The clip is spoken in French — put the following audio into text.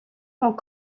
font